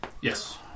Yes